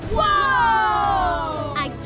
Whoa